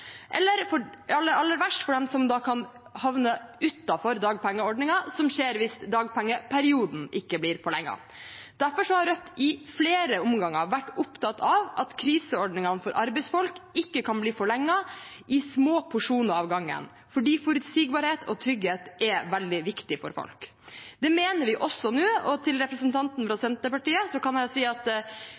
eller – aller, aller verst – om man kan havne utenfor dagpengeordningen, noe som skjer hvis dagpengeperioden ikke blir forlenget. Derfor har Rødt i flere omganger vært opptatt av at kriseordningene for arbeidsfolk ikke kan bli forlenget i små porsjoner av gangen, for forutsigbarhet og trygghet er veldig viktig for folk. Det mener vi også nå. Og til representanten fra Senterpartiet kan jeg si at